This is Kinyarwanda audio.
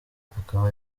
akaba